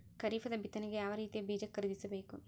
ಖರೀಪದ ಬಿತ್ತನೆಗೆ ಯಾವ್ ರೀತಿಯ ಬೀಜ ಖರೀದಿಸ ಬೇಕು?